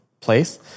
place